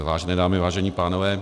Vážené dámy, vážení pánové.